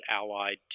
allied